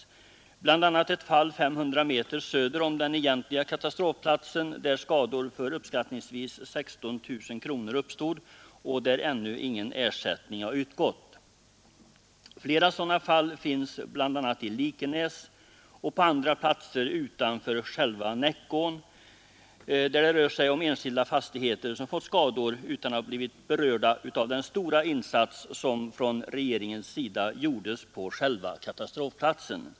Det finns bl.a. ett fall 500 meter söder om den egentliga katastrofplatsen, där skador för uppskattningsvis 16 000 kronor uppstod, och där ännu ingen ersättning har utgått. Flera sådana fall finns, bl.a. i Likenäs och på andra platser utanför själva Näckån, där enskilda fastigheter fått skador utan att ha blivit berörda av den stora insats som gjordes från regeringen på själva katastrofplatsen.